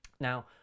Now